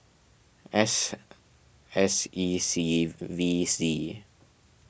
S S E C V Z